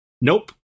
Nope